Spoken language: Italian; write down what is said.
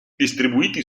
distribuiti